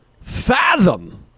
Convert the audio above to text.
fathom